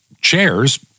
chairs